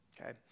Okay